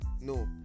no